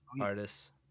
artists